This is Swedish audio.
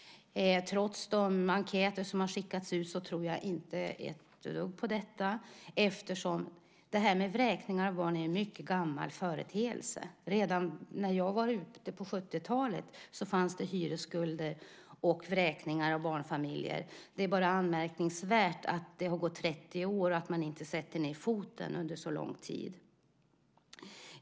Trots de enkäter som har skickats ut tror jag inte ett dugg på detta eftersom vräkningar av barn är en mycket gammal företeelse. Redan när jag var ute och jobbade med detta på 70-talet förekom det hyresskulder och vräkningar av barnfamiljer. Det är bara anmärkningsvärt att det har gått 30 år och att man inte har satt ned foten under så lång tid.